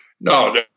No